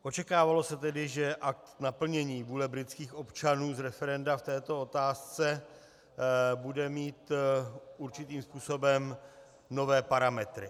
Očekávalo se tedy, že akt naplnění vůle britských občanů z referenda v této otázce bude mít určitým způsobem nové parametry.